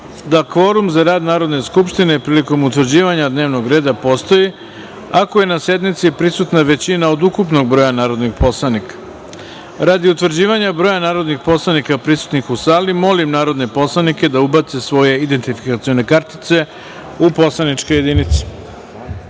da kvorum za rad Narodne skupštine prilikom utvrđivanja dnevnog reda postoji ako je na sednici prisutna većina od ukupnog broja narodnih poslanika. Radi utvrđivanja broja narodnih poslanika prisutnih u sali, molim poslanike da ubace svoje identifikacione kartice u poslaničke